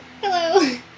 hello